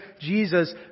Jesus